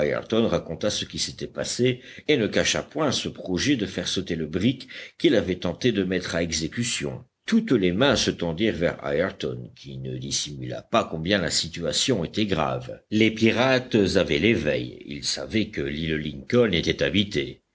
ayrton raconta ce qui s'était passé et ne cacha point ce projet de faire sauter le brick qu'il avait tenté de mettre à exécution toutes les mains se tendirent vers ayrton qui ne dissimula pas combien la situation était grave les pirates avaient l'éveil ils savaient que l'île lincoln était habitée